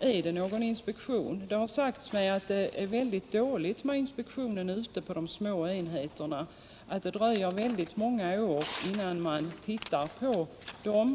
Är det någon inspektion? Det har sagts mig att det är väldigt dåligt med inspektionen ute på de små enheterna och att det dröjer många år, innan man tittar på dem.